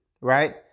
right